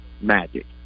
Magic